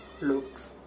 looks